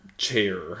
chair